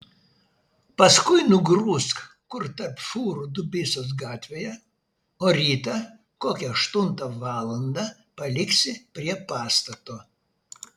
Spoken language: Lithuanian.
paskui nugrūsk kur tarp fūrų dubysos gatvėje o rytą kokią aštuntą valandą paliksi prie pastato